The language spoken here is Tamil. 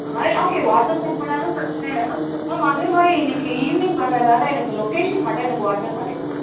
ஆ இல்ல ஓகே வாட்ஸ்அப் சென்ட் பண்ணாலும் பிரச்சனை இல்லை மேம் மேம் அதேமாதிரி இன்னைக்கு ஈவ்னிங் வரதால எனக்கு லொக்கேஷன் மட்டும் எனக்கு வாட்ஸ்அப் பண்ணிக் கொடுத்துருங்க